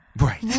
Right